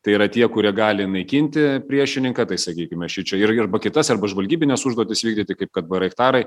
tai yra tie kurie gali naikinti priešininką tai sakykime šičia ir ir arba kitas arba žvalgybines užduotis vykdyti kaip kad bairaktarai